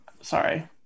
sorry